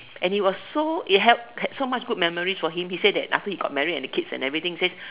and he was so it help that so much good memories for him he say that after he got married and the kids and everything he say